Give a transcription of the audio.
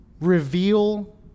reveal